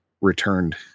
returned